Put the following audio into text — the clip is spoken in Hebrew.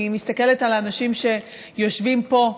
אני מסתכלת על האנשים שיושבים פה,